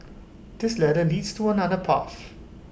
this ladder leads to another path